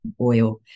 oil